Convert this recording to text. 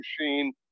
machine